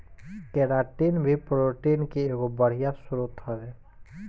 keratin भी protein के एगो बढ़िया स्रोत हवे